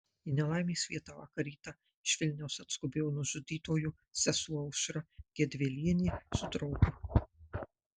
į nelaimės vietą vakar rytą iš vilniaus atskubėjo nužudytojo sesuo aušra gedvilienė su draugu